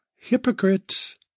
hypocrites